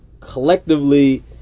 collectively